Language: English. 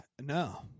no